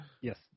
Yes